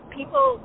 people